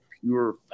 pure